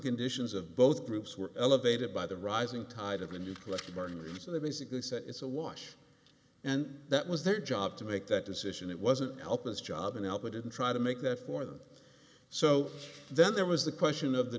conditions of both groups were elevated by the rising tide of a new political parties and they basically said it's a wash and that was their job to make that decision it wasn't help us job and help i didn't try to make that for them so then there was the question of the